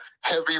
heavy